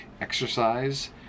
exercise